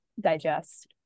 digest